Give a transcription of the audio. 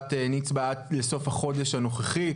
חברת נצבא עד לסוף החודש הנוכחי,